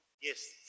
Yes